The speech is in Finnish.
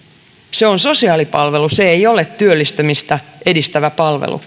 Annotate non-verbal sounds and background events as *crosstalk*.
työtoiminta on sosiaalipalvelu se ei ole työllistymistä edistävä palvelu *unintelligible*